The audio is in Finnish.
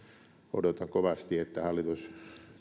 odotan kovasti että hallitus